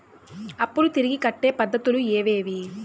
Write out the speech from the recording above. అప్పులు తిరిగి కట్టే పద్ధతులు ఏవేవి